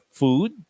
food